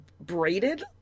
braided